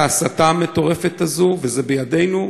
להפסיק את ההסתה המטורפת הזאת, וזה בידינו.